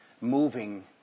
moving